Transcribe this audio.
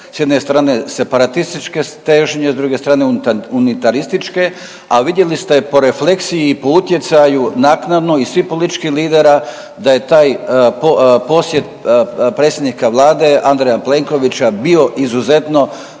S jedne strane separatističke težnje, s druge strane unitarističke, a vidjeli ste po refleksiji i po utjecaju naknadno i svih političkih lidera da je taj posjet predsjednika vlade Andreja Plenkovića bio izuzetno